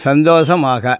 சந்தோஷமாக